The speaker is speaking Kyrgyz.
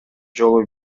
жолу